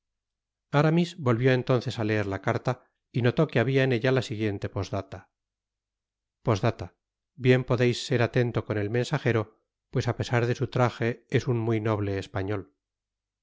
aramis volvió entonces á leer la carta y notó quehabia en ella la siguiente posdata p d bien podeis ser atento con el mensajero pues á pesar de su traje es un muy noble español